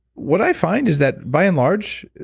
what i find is that by and large,